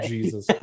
Jesus